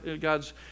God's